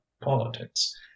politics